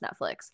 Netflix